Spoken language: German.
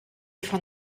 von